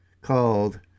called